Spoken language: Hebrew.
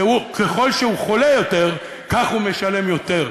ככל שהוא חולה יותר, כך הוא משלם יותר.